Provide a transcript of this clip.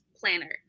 planner